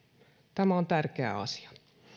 tämä on tärkeä asia